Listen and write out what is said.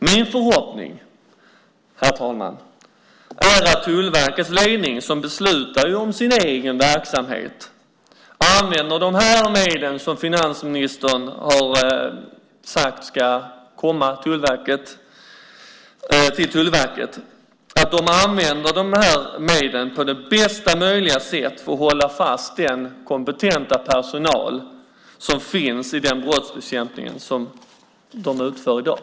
Min förhoppning, herr talman, är att Tullverkets ledning som beslutar om sin egen verksamhet använder de medel som finansministern har sagt ska komma till Tullverket på det bästa möjliga sättet för att hålla fast den kompetenta personal som finns i den brottsbekämpning som de utför i dag.